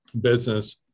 business